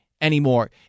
anymore